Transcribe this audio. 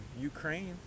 Ukraine